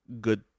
good